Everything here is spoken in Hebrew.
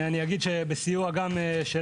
אני אגיד שבסיוע גם שלנו.